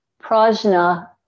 Prajna